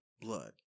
blood